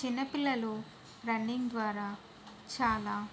చిన్న పిల్లలు రన్నింగ్ ద్వారా చాలా